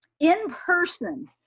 in person.